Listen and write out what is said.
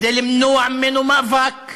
כדי למנוע ממנו מאבק.